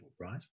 right